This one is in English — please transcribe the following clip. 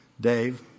Dave